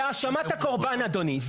זה האשמת הקורבן, אדוני.